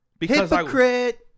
Hypocrite